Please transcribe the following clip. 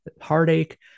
heartache